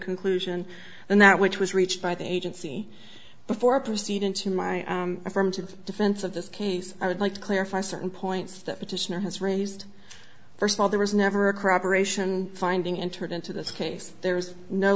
conclusion and that which was reached by the agency before proceeding to my affirmative defense of this case i would like to clarify certain points that petitioner has raised first of all there was never a corroboration finding entered into this case there's no